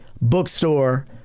bookstore